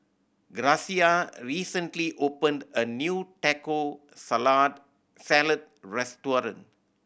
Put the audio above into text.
Gracia recently opened a new Taco Salad restaurant